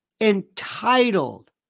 entitled